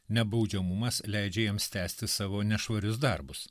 nebaudžiamumas leidžia jiems tęsti savo nešvarius darbus